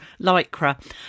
Lycra